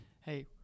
hey